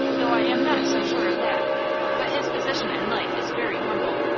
though i am not so sure of that but his position in life is very humble.